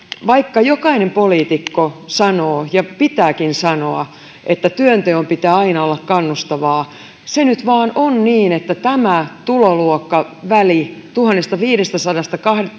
vaikka jokainen poliitikko sanoo ja pitääkin sanoa että työnteon pitää aina olla kannustavaa niin se nyt vain on niin että tämä tuloluokkaväli tuhannestaviidestäsadasta